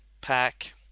pack